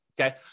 okay